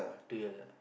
two years ah